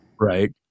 Right